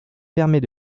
permet